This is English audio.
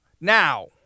now